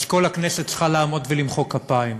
אז כל הכנסת צריכה לעמוד ולמחוא כפיים.